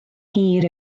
hir